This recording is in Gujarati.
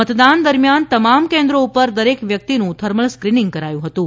મતદાન દરમ્યાન તમામ કેન્દ્રો પર દરેક વ્યક્તિનું થર્મલ સ્ક્રીનીંગ કરાયું હતું